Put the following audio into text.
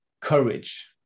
courage